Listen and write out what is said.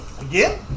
again